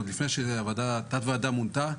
עוד לפני שוועדת המשנה מונתה,